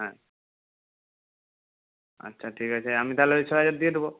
হ্যাঁ আচ্ছা ঠিক আছে আমি তাহলে ওই ছয় হাজার দিয়ে দেব